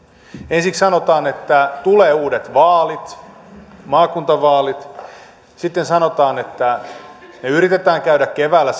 ensiksi sanotaan että tulee uudet vaalit maakuntavaalit sitten sanotaan että ne yritetään käydä keväällä